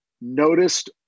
noticed